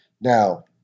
Now